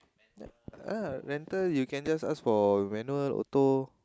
uh rental you can just ask for manual auto